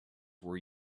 were